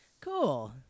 Cool